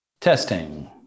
Testing